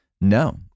no